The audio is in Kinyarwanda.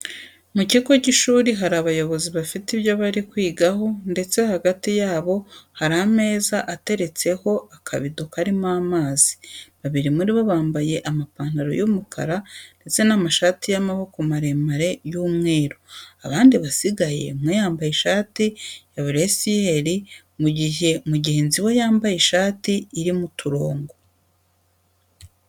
Mu kigo cy'ishuri hari abayobozi bafite ibyo bari kwigaho ndetse hagati yabo hari ameza ateretseho ikabido karimo amazi. Babiri muri bo bambaye amapantaro y'umukara ndetse n'amashati y'amaboko maremare y'umweru, abandi basigaye, umwe yambaye ishati ya buresiyeri, mu gihe mugenzi we yambaye ishati irimo uturongo.